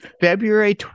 February